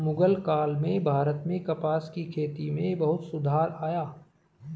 मुग़ल काल में भारत में कपास की खेती में बहुत सुधार आया